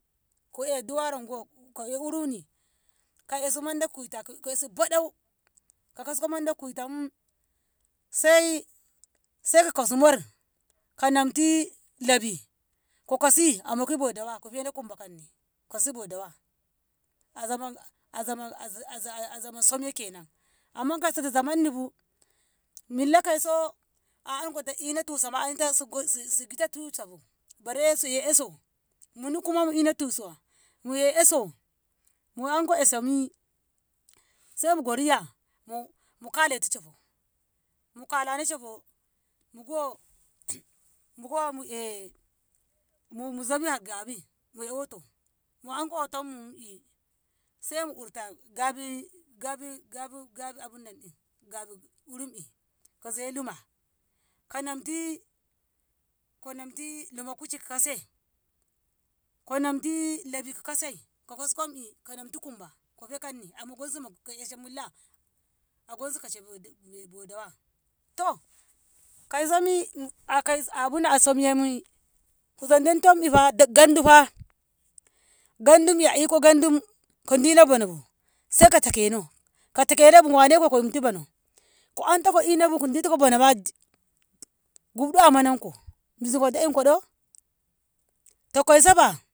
Ko'e duwaronko ko'e urini ko esi Manda ki kuita ko ko esi ba'dau ko kasko Manda ki kuitamu Sai Sai ko kas morr ko namtu labi ko Kasi a moki bo dawa kofena kumba kanni komoki mo dawa azaman azaman aza azaman somye kenan Amma kauso na zaman nibu Milla kaiso a ankota Ina tusa ma ankota sisi si Gita tusabu bare su'e eso Muni Kuma mu inaa tusa mu'ee eso u enko esomi Sai mugo Riya mu mukaletu caho mukalano shofo mugo mugo mu muzohi a Gabi mu'ee woto mu anko watommu'i Sai mu urta Gabi Gabi Gabi Gabi abun nan iyy Gabi urum'i koze luma ko namti ko namti luma kushi ko kase ko namti labi ko kasai ko kaskom'i ko namtu kumba kofe kanni omoki ko esa Milla agosu kase b- bo dawa to kaiso mi ak ah abunan asomye mi kuzandanni fah gandu fah gandum a iko gandum ko Dina bano bu saika takeno takeni bu waneko ko 'detu bano ko anta ko inabu ko dingo bano bug'do a mananko zugo da'inko 'do k kauso fa.